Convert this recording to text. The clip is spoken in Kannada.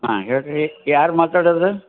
ಹಾಂ ಹೇಳಿ ರೀ ಯಾರು ಮಾತಾಡೋದು